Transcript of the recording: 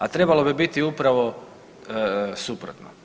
A trebalo bi biti upravo suprotno.